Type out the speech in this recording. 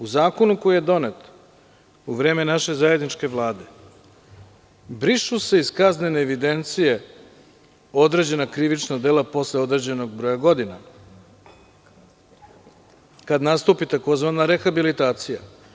U zakonu koji je donet u vreme naše zajedničke Vlade brišu se iz kaznene evidencije kaznena dela posle određenog broja godina kada nastupi tzv. rehabilitacija.